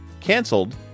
canceled